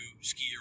ski